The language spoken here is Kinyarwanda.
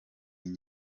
muri